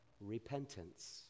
Repentance